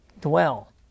dwell